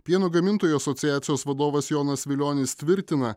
pieno gamintojų asociacijos vadovas jonas vilionis tvirtina